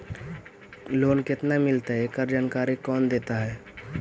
Loan केत्ना मिलतई एकड़ जानकारी कौन देता है?